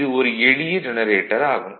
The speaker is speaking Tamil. இது ஒரு எளிய ஜெனரேட்டர் ஆகும்